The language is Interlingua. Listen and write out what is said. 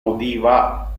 audiva